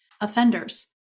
offenders